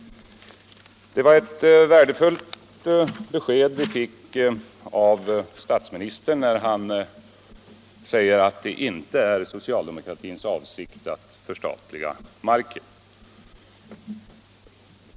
Det var ett värdefullt besked vi fick av statsministern när han sade att det inte är socialdemokratins avsikt att förstatliga marken.